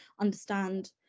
understand